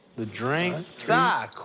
the drink. si,